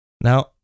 Now